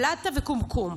פלטה וקומקום.